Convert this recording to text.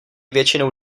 většinou